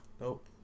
Nope